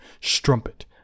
Strumpet